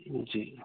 ਜੀ